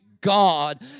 God